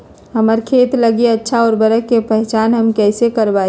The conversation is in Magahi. हमार खेत लागी अच्छा उर्वरक के पहचान हम कैसे करवाई?